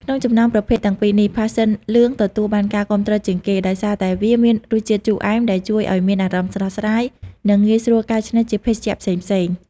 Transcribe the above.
ក្នុងចំណោមប្រភេទទាំងពីរនេះ ផាសសិនលឿង ទទួលបានការគាំទ្រជាងគេ ដោយសារតែវាមានរសជាតិជូរអែមដែលជួយឲ្យមានអារម្មណ៍ស្រស់ស្រាយ និងងាយស្រួលកែច្នៃជាភេសជ្ជៈផ្សេងៗ។